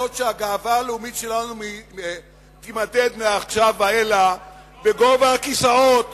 שהגאווה הלאומית שלנו תימדד מעכשיו והלאה בגובה הכיסאות